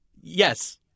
Yes